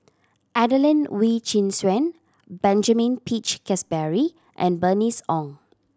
Adelene Wee Chin Suan Benjamin Peach Keasberry and Bernice Ong